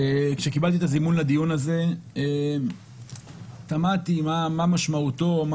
כשקיבלתי את הזימון לדיון הזה תמהתי מה משמעותו של הדיון,